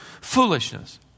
foolishness